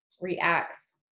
reacts